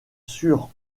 sur